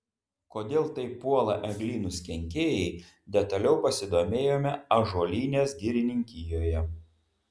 kodėl taip puola eglynus kenkėjai detaliau pasidomėjome ąžuolynės girininkijoje